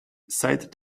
seit